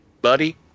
buddy